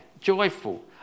joyful